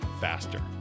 faster